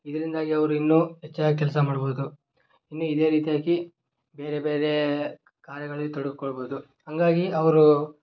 ಇದರಿಂದಾಗಿ ಅವರು ಇನ್ನೂ ಹೆಚ್ಚಾಗಿ ಕೆಲಸ ಮಾಡ್ಬೋದು ಇನ್ನೂ ಇದೇ ರೀತಿಯಾಗಿ ಬೇರೆ ಬೇರೆ ಕಾರ್ಯಗಳಲ್ಲಿ ತೊಡಗಿ ಕೊಳ್ಬೋದು ಹಂಗಾಗಿ ಅವರು